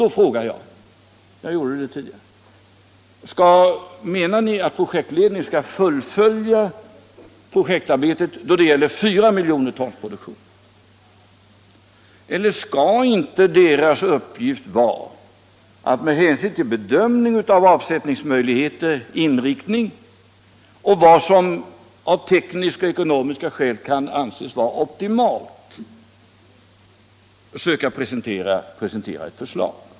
Då frågar jag — och det har jag gjort tidigare: Menar ni att projektledningen skall fullfölja projekteringsarbetet för en produktion av 4 miljoner ton per år? Skall uppgiften för projektledningen vara att med hänsyn till bedömningar av avsättningsmöjligheterna och vad som av tekniska och ekonomiska skäl anses opimalt presentera ett förslag?